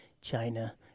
China